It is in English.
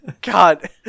God